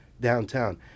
downtown